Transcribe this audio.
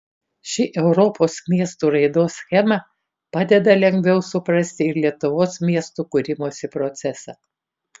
ši europos miestų raidos schema padeda lengviau suprasti ir lietuvos miestų kūrimosi procesą